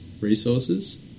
resources